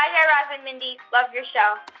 ah yeah raz and mindy. love your show